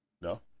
No